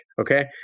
Okay